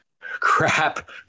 crap